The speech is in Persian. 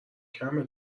کمه